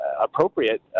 appropriate